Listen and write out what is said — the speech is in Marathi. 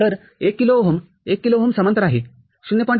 तर१ किलो ओहम१ किलो ओहम समांतर आहे०